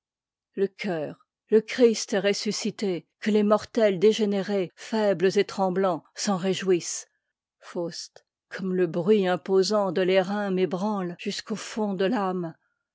sainte fête le christ est ressuscité que les mortels dégénérés faibtes et tremblants s'en réjouissent faust comme lebruit imposant de l'airain m'ébrante le choeur jusqu'au fond de l'âme